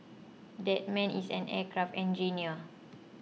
that man is an aircraft engineer